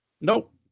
Nope